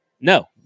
no